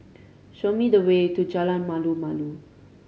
show me the way to Jalan Malu Malu